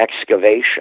excavation